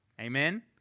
Amen